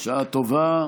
בשעה טובה.